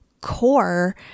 core